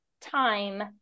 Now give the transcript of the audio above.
time